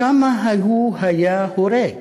כמה הוא היה הורג?